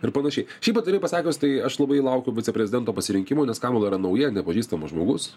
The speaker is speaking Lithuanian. ir panašiai šiaip atvirai pasakius tai aš labai laukiau viceprezidento pasirinkimo nes kamala yra nauja nepažįstamas žmogus